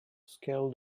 scaled